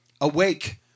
Awake